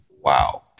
wow